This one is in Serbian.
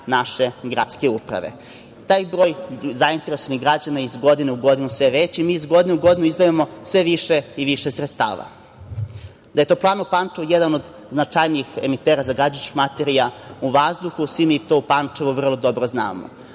naše gradske uprave. Taj broj, zainteresovanih građana, iz godine u godinu, sve veći. Mi, iz godine u godinu, izdvajamo sve više i više sredstava. Da je toplana u Pančevu jedan od značajnijih emitera zagađujućih materija u vazduhu, svi mi to, u Pančevu, vrlo dobro znamo.